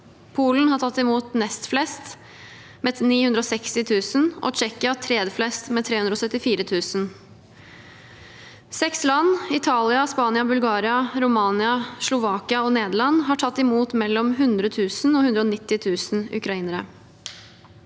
Polen har tatt imot nest flest med 960 000 og Tsjekkia tredje flest med 374 000. Seks land – Italia, Spania, Bulgaria, Romania, Slovakia og Nederland – har tatt imot mellom 100 000 og 190 000 ukrainere.